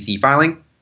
filing